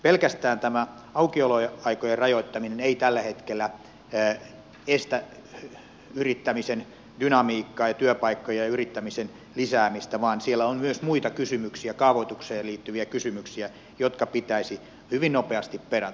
pelkästään tämä aukioloaikojen rajoittaminen ei tällä hetkellä estä yrittämisen dynamiikkaa ja työpaikkojen ja yrittämisen lisäämistä vaan siellä on myös muita kysymyksiä kaavoitukseen liittyviä kysymyksiä jotka pitäisi hyvin nopeasti perata